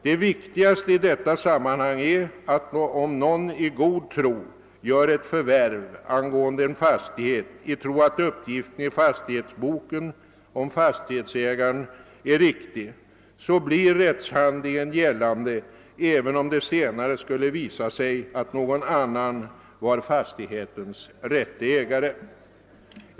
Det viktigaste i detta sammanhang är att om någon i god tro gör ett förvärv av en fastighet i den föreställningen att uppgiften i fastighetsboken om fastighetsägaren är riktig, så blir rättshandlingen gällande, även om det senare skulle visa sig att någon annan var fastighetens rätte ägare.